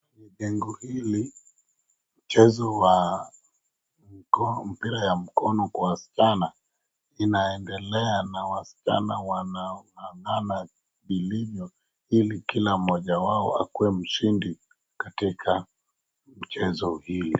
Jengo hili, mchezo wa mpira ya mkono ya wasichana inaendelea na wasichana wanang'ang'ana vilivyo ili kila mmoja wao akuwe mshindi katika mchezo hii.